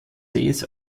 sees